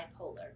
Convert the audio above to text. bipolar